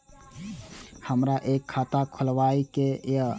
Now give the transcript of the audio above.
हमरा एक खाता खोलाबई के ये?